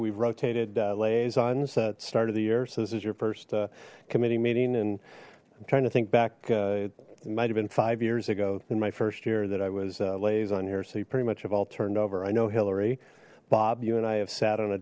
we've rotated liaisons that started the year so this is your first committee meeting and i'm trying to think back might have been five years ago in my first year that i was lays on here so you pretty much have all turned over i know hillary bob you and i have sat on a